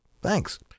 Thanks